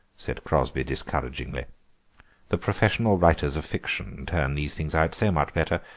said crosby discouragingly the professional writers of fiction turn these things out so much better.